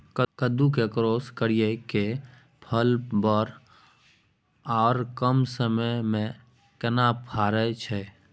कद्दू के क्रॉस करिये के फल बर आर कम समय में केना फरय छै?